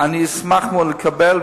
אני אשמח מאוד לקבל,